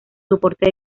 soporte